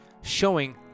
showing